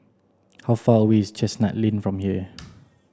how far away is Chestnut Lane from here